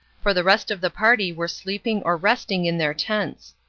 for the rest of the party were sleeping or resting in their tents.